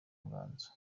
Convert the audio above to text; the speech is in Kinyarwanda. nganzo